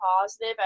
positive